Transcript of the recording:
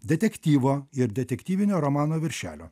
detektyvo ir detektyvinio romano viršelio